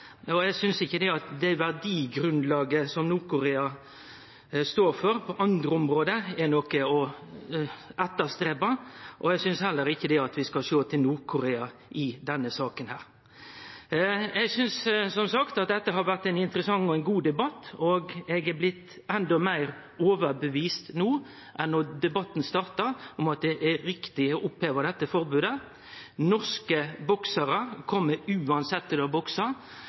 har eg derimot vore på ferie. Eg synest ikkje at det verdigrunnlaget som Nord-Korea står for på andre område, er noko å ønskje seg. Eg synest heller ikkje at vi skal sjå til Nord-Korea i denne saka. Eg synest som sagt at dette har vore ein interessant og god debatt, og eg er blitt endå meir overtydd no enn då debatten starta, om at det er riktig å oppheve dette forbodet. Norske boksarar kjem uansett